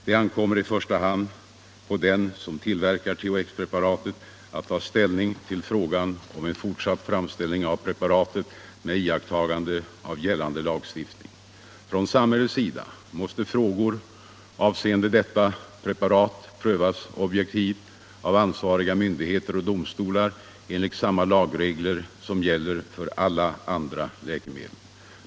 Det ankommer i första hand på den som tillverkar THX-preparatet att ta ställning till frågan om en fortsatt framställning av preparatet med iakttagande av gällande lagstiftning. Från samhällets sida måste frågor avseende detta preparat prövas objektivt av ansvariga myndigheter och domstolar enligt samma lagregler som gäller för alla andra läkemedel.